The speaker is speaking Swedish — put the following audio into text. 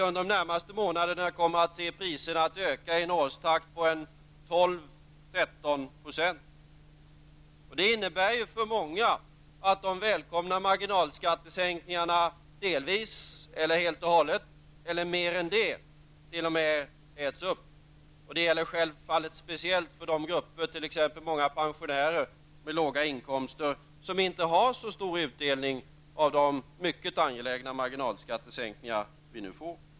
Under de närmaste månaderna kommer vi att se att priserna ökar med en årstakt på 12, 13 %. Det innebär för många att de välkomna marginalskattesänkningarna delvis eller helt äts upp. Man kan t.o.m. gå back. Det gäller framför allt de grupper, t.ex. pensionärer, med låga inkomster som inte får så stor utdelning av de mycket angelägna marginalskattesänkningarna.